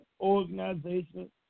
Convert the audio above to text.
organization